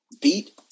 Beat